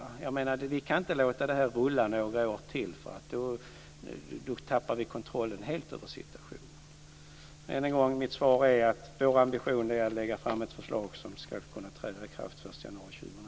Vi kan inte låta det här rulla några år till, för då tappar vi kontrollen helt över situationen. Än en gång: Mitt svar är att vår ambition är att lägga fram ett förslag som ska kunna träda i kraft den